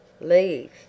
Leave